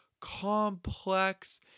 complex